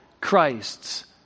Christ's